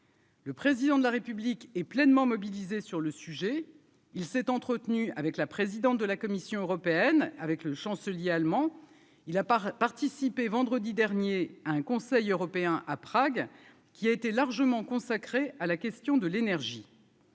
Le président de la République est pleinement mobilisé sur le sujet, il s'est entretenu avec la présidente de la Commission européenne avec le chancelier allemand, il a pas participé vendredi dernier un Conseil européen à Prague qui a été largement consacré à la question de l'énergie.